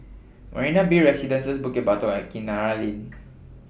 Marina Bay Residences Bukit Batok and Kinara Lane